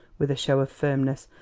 with a show of firmness,